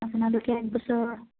আপোনালোকে একবছৰ